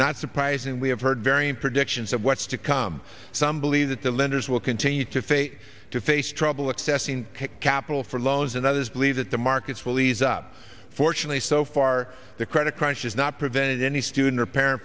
not surprisingly have heard varying predictions of what's to come some believe that the lenders will continue to face to face trouble accessing capital for loans and others believe that the markets will ease up fortunately so far the credit crunch has not prevented any student or pa